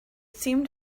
seemed